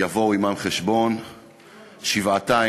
יבואו עמם חשבון שבעתיים.